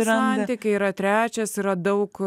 ir santykiai yra trečias yra daug